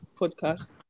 podcast